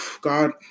God